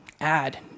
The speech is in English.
add